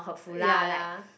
ya ya